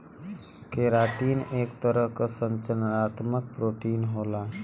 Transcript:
keratin एक तरह क संरचनात्मक प्रोटीन होला